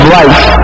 life